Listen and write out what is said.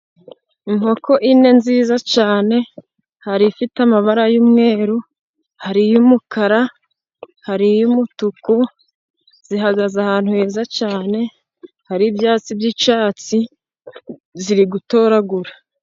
Inkoko enye nziza cyane .Hari ifite amabara y'umweru hari iy'mukara ,hari iy'umutuku zihagaze ahantu heza cyane, hari ibyatsi by'icyatsi ,ziri gutoragura.